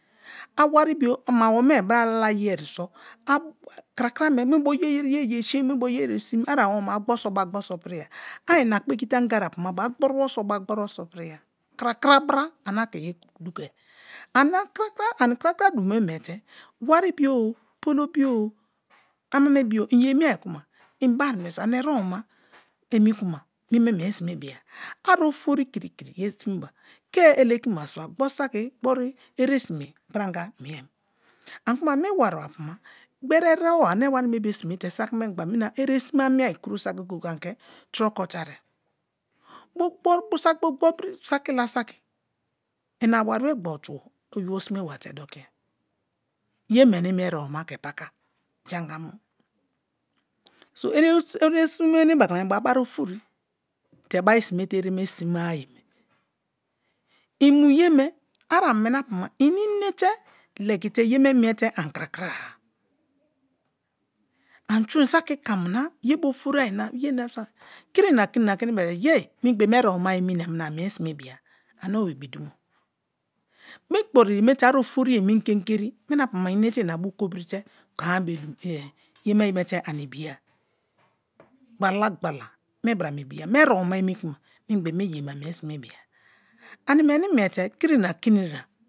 Awa bo ma awome bra lalai ye so krakra me minbo ye ye sin mi bo yeye sin a awome ma a gboribo sok ba gboribo so piriya a ina kpeki te anga apu ma bo a gborubo so ba gborubo so piriya, krakra bra ane a ke ye dugai, ani krakra dumo me miete wari bio-o polo bio o amame bio i ye mie kuma ane erebo ma emi kuma meme mie sime biya, a ofori kiri kiri yeme mie sime ba ke elekima saira, gborusaki gbori anga miem ani kuma mi wari bo apu ma gbori erebo ane wari me sime te saki mengba mina eresime ameiyi kro saki goge-e ani ke turoko tarie bo gboribiri la saki ina waribe gbori tubo oyibo sime wa te dokiye ye meni mi erebo ma ke paka jein anga mu, eresime ane baka me bo a bari ofori tte bari sime te ereme sima-a ye i mu ye me a aminapu ma ini inete legite yeme miete ani kraakra-a anju i saki kamna ye bo ofori ayi ani kiri na kiri na kini be-en yea ingbe mi erebo ma emi nakra ani mie sime bia, ane o, ibitembo. Mi gboru ye me te a ofori-ye ingegeri mina apu ma ini inate ina bu kobrite ye me miete ani ibiga gbala-gbala mi bra me ibiya mi erebo ma emi kuma mingbe mi ye me ani mie sime biuga ani meni miete kiri na kirina.